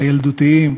הילדותיים,